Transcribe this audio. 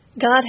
God